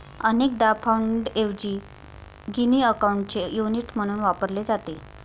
अनेकदा पाउंडऐवजी गिनी अकाउंटचे युनिट म्हणून वापरले जाते